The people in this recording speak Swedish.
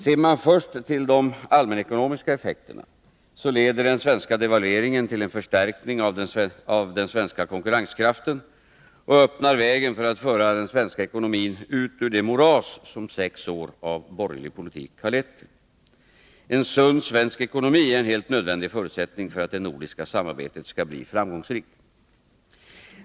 Ser man först till de allmänekonomiska effekterna, så leder den svenska devalveringen till en förstärkning av den svenska konkurrenskraften och öppnar vägen för att föra den svenska ekonomin ut ur det moras som sex år av borgerlig politik har lett till. En sund svensk ekonomi är en helt nödvändig förutsättning för att det nordiska samarbetet skall bli framgångsrikt.